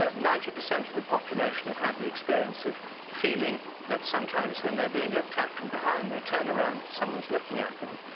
ah ninety percent of the population have had the experience of feeling that sometimes when they're being looked at from behind, they turn around, someone's looking at them.